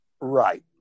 Right